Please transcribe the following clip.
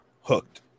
hooked